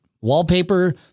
wallpaper